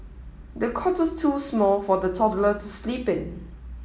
the cot was too small for the toddler to sleep in